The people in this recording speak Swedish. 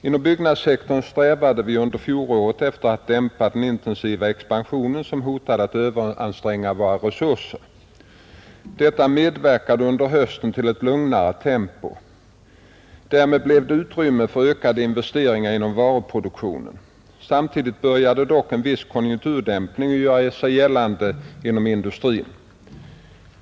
Inom byggnadssektorn strävade vi under fjolåret efter att dämpa den intensiva expansionen som hotade att överanstränga våra resurser. Detta medverkade under hösten till ett lugnare tempo. Därmed blev det utrymme för ökade investeringar inom varuproduktionen. Samtidigt började dock en viss konjunkturdämpning att göra sig gällande inom industrin.